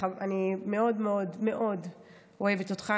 אני מאוד מאוד אוהבת אותך,